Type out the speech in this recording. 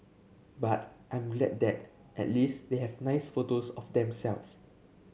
but I'm glad that at least they have nice photos of themselves